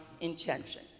intention